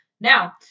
Now